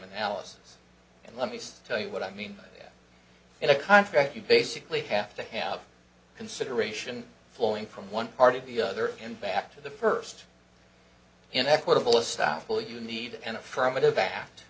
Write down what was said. analysis and let me just tell you what i mean in a contract you basically have to have consideration flowing from one part of the other and back to the first in equitable stoppel you need an affirmative